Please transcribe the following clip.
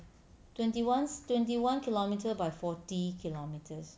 twenty one twenty one kilometre by forty kilometres